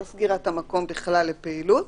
לא סגירת המקום בכלל לפעילות,